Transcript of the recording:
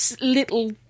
little